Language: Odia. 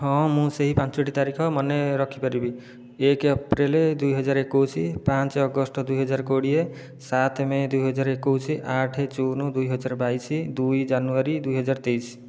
ହଁ ମୁଁ ସେହି ପାଞ୍ଚଟି ତାରିଖ ମନେରଖିପାରିବି ଏକ ଅପ୍ରେଲ ଦୁଇହଜାର ଏକୋଇଶ ପାଞ୍ଚ ଅଗଷ୍ଟ ଦୁଇହଜାର କୋଡ଼ିଏ ସାତ ମେ' ଦୁଇହଜାର ଏକୋଇଶ ଆଠ ଜୁନ୍ ଦୁଇହଜାର ବାଇଶ ଦୁଇ ଜାନୁଆରୀ ଦୁଇହଜାର ତେଇଶ